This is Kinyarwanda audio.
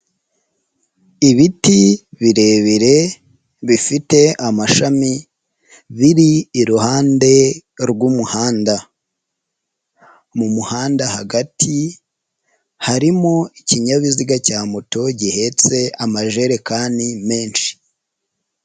Ibiti birebire bifite amashami biri iruhande rw'umuhanda. Mu muhanda hagati harimo ikinyabiziga cya moto gihetse amajerekani menshi.